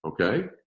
Okay